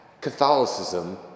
Catholicism